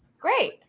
Great